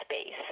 space